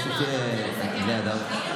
בסוף אנחנו בני אדם.